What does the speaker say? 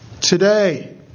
today